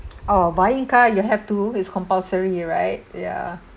oh buying car you have to it's compulsory right ya